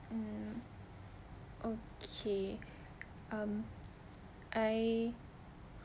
mm okay um I